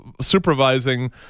supervising